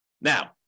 Now